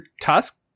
tusk